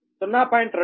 1033 0